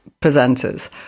presenters